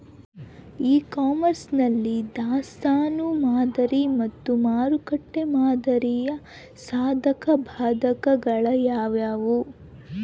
E commerce ನಲ್ಲಿ ದಾಸ್ತನು ಮಾದರಿ ಮತ್ತು ಮಾರುಕಟ್ಟೆ ಮಾದರಿಯ ಸಾಧಕಬಾಧಕಗಳು ಯಾವುವು?